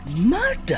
Murder